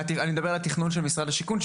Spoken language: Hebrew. אני מדבר על התכנון של משרד השיכון,